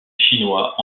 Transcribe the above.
chinois